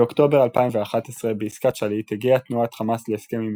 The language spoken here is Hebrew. באוקטובר 2011 בעסקת שליט הגיעה תנועת חמאס להסכם עם